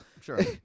Sure